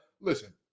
Listen